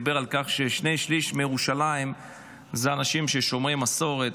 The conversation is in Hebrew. דיבר על כך ששני שלישים מירושלים זה אנשים שהם שומרי מסורת,